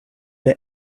der